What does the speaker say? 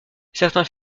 certains